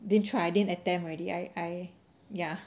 didn't try didn't attempt already I I ya